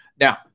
Now